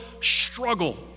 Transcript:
struggle